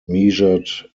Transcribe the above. measured